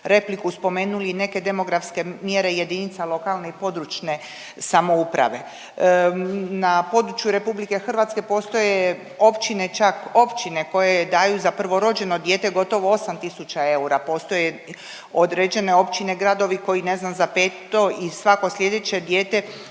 repliku spomenuli i neke demografske mjere jedinica lokalne i područne samouprave. Na području Republike Hrvatske postoje općine čak općine koje daju za prvorođeno dijete gotovo 8000 eura. Postoje određene općine, gradovi koji ne znam za peto i svako sljedeće dijete